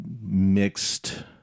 mixed